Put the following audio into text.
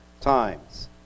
times